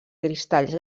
cristalls